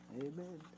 Amen